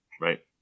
Right